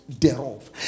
thereof